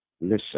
listen